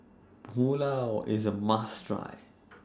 Pulao IS A must Try